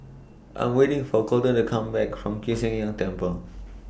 I'm waiting For Colten to Come Back from Kiew Sian King and Temple